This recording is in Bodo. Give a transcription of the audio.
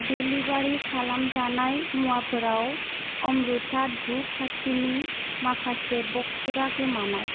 डेलिबारि खालामजानाय मुवाफोराव आमरुथा धुप खाथिनि माखासे ब'क्सफोरा गोमानाय